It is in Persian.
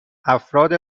افراد